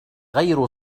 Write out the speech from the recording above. غير